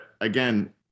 again